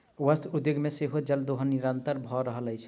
वस्त्र उद्योग मे सेहो जल दोहन निरंतन भ रहल अछि